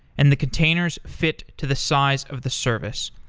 and the containers fit to the size of the service.